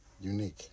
unique